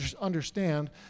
understand